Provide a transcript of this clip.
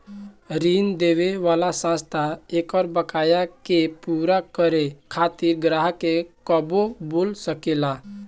ऋण देवे वाला संस्था एकर बकाया के पूरा करे खातिर ग्राहक के कबो बोला सकेला